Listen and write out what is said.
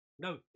No